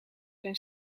zijn